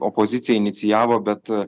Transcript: opozicija inicijavo bet